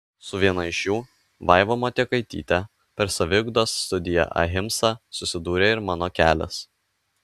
su viena iš jų vaiva motiekaityte per saviugdos studiją ahimsa susidūrė ir mano kelias